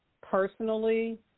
personally